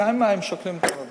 לשם הם שולחים את כל הדברים.